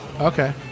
okay